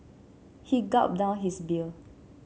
he gulped down his beer